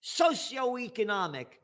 socioeconomic